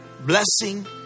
blessing